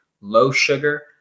low-sugar